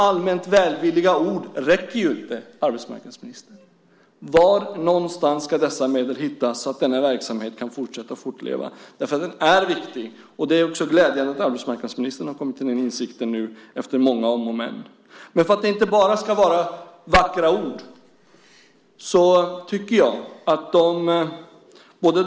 Allmänt välvilliga ord räcker ju inte, arbetsmarknadsministern. Var någonstans ska dessa medel hittas så att denna verksamhet kan fortleva? Verksamheten är viktig. Det är glädjande att arbetsmarknadsministern nu också har kommit till den insikten efter många om och men. Men det ska inte bara vara vackra ord.